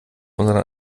unseren